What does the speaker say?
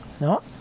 no